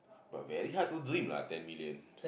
but very hard to dream lah ten million